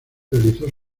realizó